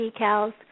decals